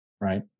right